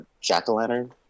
jack-o-lantern